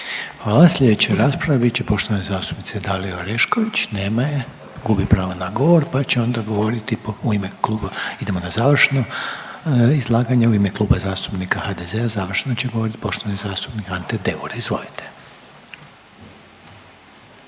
Hvala. Sljedeća rasprava bit će poštovane zastupnice Dalije Orešković. Nema je, gubi pravo na govor, pa će onda govoriti u ime kluba, idemo na završno izlaganje u ime Kluba zastupnika HDZ-a završno će govoriti poštovani zastupnik Ante Deur. Izvolite.